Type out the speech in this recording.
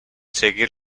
seguir